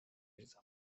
ریزم